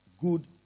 good